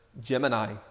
Gemini